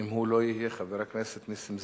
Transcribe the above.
ואם הוא לא יהיה, חבר הכנסת נסים זאב.